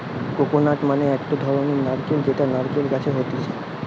coconut মানে একটো ধরণের নারকেল যেটা নারকেল গাছে হতিছে